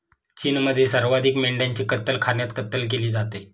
चीनमध्ये सर्वाधिक मेंढ्यांची कत्तलखान्यात कत्तल केली जाते